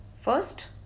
first